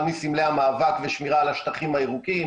מסמלי המאבק ושמירה על השטחים הירוקים.